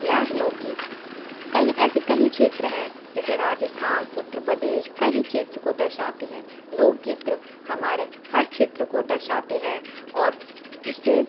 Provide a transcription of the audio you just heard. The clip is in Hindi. यह लोकगीत कहीं ऐसे कहीं क्षेत्र हैं जैसे राजस्थान उत्तर प्रदेश कहीं क्षेत्र को दर्शाते हैं लोग चित्र हमारे हर क्षेत्र को दर्शाते हैं और उसे